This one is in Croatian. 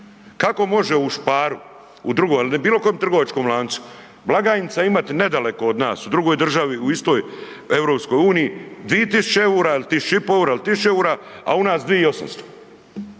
Kako može u Sparu, u drugom ili bilo kojem trgovačkom lancu blagajnica imati nedaleko od nas u drugoj državi u istoj EU 2.000 EUR-a, il 1.500 EUR-a, il 1.000 EUR-a, a u nas 2.800?